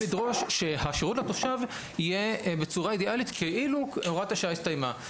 לדרוש שהשרות לתושב יהיה בצורה אידאלית כאילו הוראת השעה הסתיימה.